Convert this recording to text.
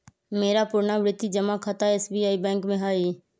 मेरा पुरनावृति जमा खता एस.बी.आई बैंक में हइ